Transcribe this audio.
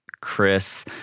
chris